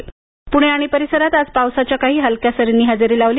हवामान प्णे आणि परिसरात आज पावसाच्या काही हलक्या सरींनी हजेरी लावली